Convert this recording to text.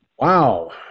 Wow